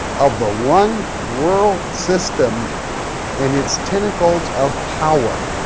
of the one world system and its tentacles of power.